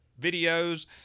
videos